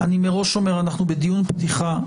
אנו בדיון פתיחה.